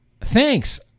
thanks